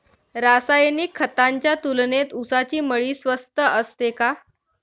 रासायनिक खतांच्या तुलनेत ऊसाची मळी स्वस्त असते का?